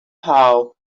how